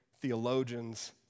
theologians